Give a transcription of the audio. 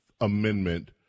Amendment